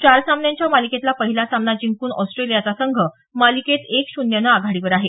चार सामन्यांच्या मालिकेतला पहिला सामना जिंकून ऑस्ट्रेलियाचा संघ मालिकेत एक शून्यनं आघाडीवर आहे